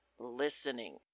listening